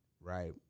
right